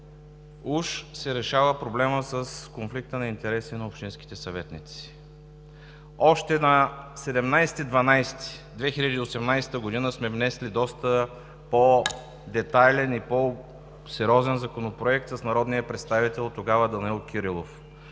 уж се решава проблемът с конфликта на интереси на общинските съветници. Още на 17 декември 2018 г. сме внесли доста по-детайлен и по-сериозен законопроект с народния представител тогава Данаил Кирилов.